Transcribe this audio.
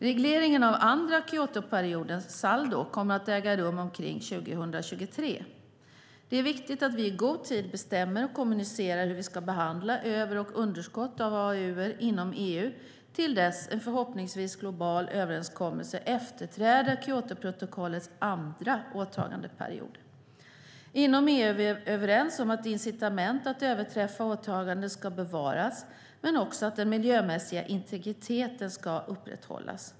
Regleringen av andra Kyotoperiodens saldo kommer att äga rum omkring 2023. Det är viktigt att vi i god tid bestämmer och kommunicerar hur vi ska behandla över och underskott av AAU:er inom EU till dess en förhoppningsvis global överenskommelse efterträder Kyotoprotokollets andra åtagandeperiod. Inom EU är vi överens om att incitament att överträffa åtaganden ska bevaras men också att den miljömässiga integriteten ska upprätthållas.